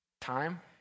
time